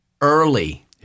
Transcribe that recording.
early